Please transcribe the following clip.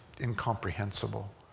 incomprehensible